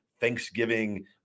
Thanksgiving